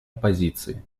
оппозиции